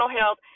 health